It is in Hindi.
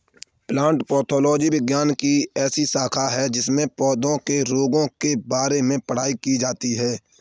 प्लांट पैथोलॉजी विज्ञान की ऐसी शाखा है जिसमें पौधों के रोगों के बारे में पढ़ाई की जाती है